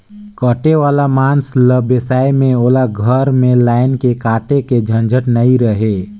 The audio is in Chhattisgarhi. कटे वाला मांस ल बेसाए में ओला घर में लायन के काटे के झंझट नइ रहें